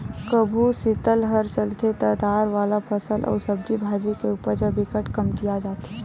कभू सीतलहर चलथे त दार वाला फसल अउ सब्जी भाजी के उपज ह बिकट कमतिया जाथे